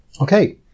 Okay